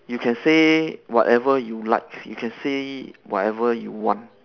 you can say whatever you like you can say whatever you want